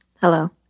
Hello